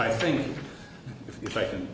i think if i can